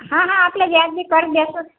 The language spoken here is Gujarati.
હા હા આપણે વ્યાજબી કરી દઈશું